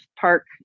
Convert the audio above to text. park